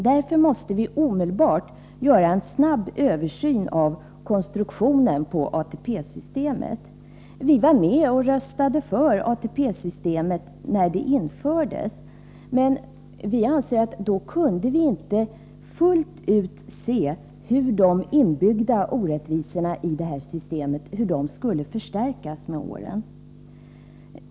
Därför måste vi omedelbart göra en snabb översyn av konstruktionen av ATP-systemet. Vi var med och röstade för ATP-systemet när det infördes, men då kunde vi inte fullt ut se hur de inbyggda orättvisorna skulle förstärkas med åren.